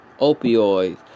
opioids